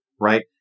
right